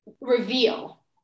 reveal